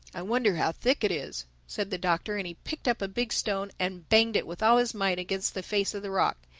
i wonder how thick it is, said the doctor and he picked up a big stone and banged it with all his might against the face of the rock.